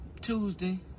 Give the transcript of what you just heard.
Tuesday